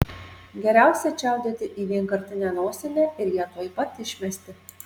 geriausia čiaudėti į vienkartinę nosinę ir ją tuoj pat išmesti